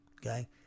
Okay